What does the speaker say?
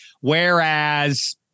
whereas